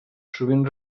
sovint